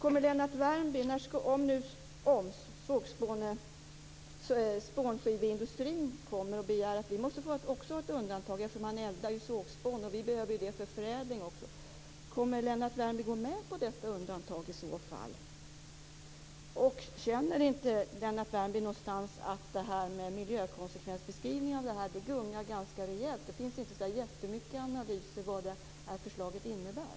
Om spånskiveindustrin också kommer och begär att få undantag eftersom man eldar sågspån som också behövs för förädling, kommer Lennart Värmby i så fall att gå med på detta undantag? Känner inte Lennart Värmby att detta med miljökonsekvensbeskrivningar gungar ganska rejält? Det finns inte så jättemycket analyser av vad förslaget innebär.